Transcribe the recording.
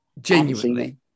genuinely